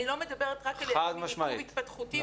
אני לא מדברת רק על עיכוב התפתחותי וכו',